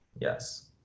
yes